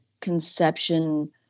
conception